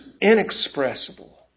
inexpressible